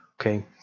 Okay